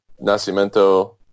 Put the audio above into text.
Nascimento